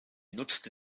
nutzte